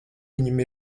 viņam